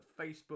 Facebook